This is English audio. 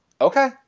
Okay